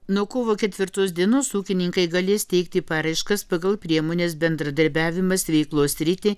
nuo kovo ketvirtos dienos ūkininkai galės teikti paraiškas pagal priemones bendradarbiavimas veiklos sritį